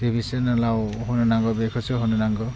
TV सेनेलाव होनो नांगौ बेखौसो होनो नांगौ